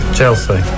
Chelsea